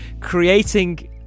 creating